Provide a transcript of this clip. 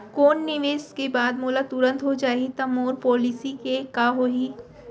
कोनो निवेश के बाद मोला तुरंत हो जाही ता मोर पॉलिसी के का होही?